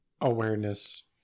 awareness